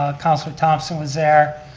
ah councilor thompson was there,